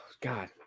God